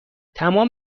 تمام